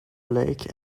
lake